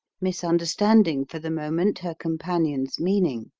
misunderstanding for the moment her companion's meaning.